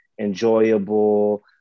enjoyable